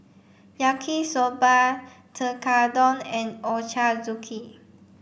Yaki Soba Tekkadon and Ochazuke